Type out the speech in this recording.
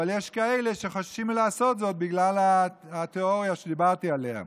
אבל יש כאלה שחוששים לעשות זאת בגלל התיאוריה שדיברתי עליה.